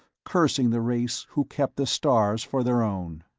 cursing the race who kept the stars for their own.